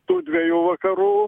tų dviejų vakarų